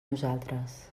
nosaltres